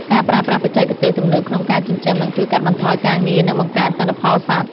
ការប្រើប្រាស់បច្ចេកទេសទំនើបក្នុងការចិញ្ចឹមនឹងជួយកាត់បន្ថយការងារនិងបង្កើនទិន្នផលសត្វ។